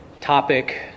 topic